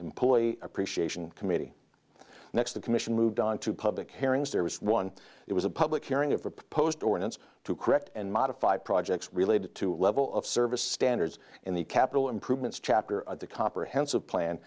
employee appreciation committee next the commission moved on to public hearings there was one it was a public hearing of proposed ordnance to correct and modify projects related to level of service standards in the capital improvements chapter of the comprehensive plan